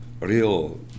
real